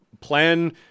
plan